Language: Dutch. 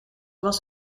was